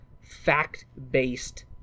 fact-based